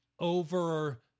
Over